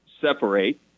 separate